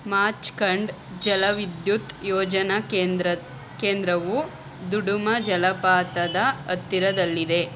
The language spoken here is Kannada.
ಮಾಚ್ಕಂಡ್ ಜಲವಿದ್ಯುತ್ ಯೋಜನಾ ಕೇಂದ್ರ ಕೇಂದ್ರವು ದುಡುಮಾ ಜಲಪಾತದ ಹತ್ತಿರದಲ್ಲಿದೆ